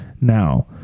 Now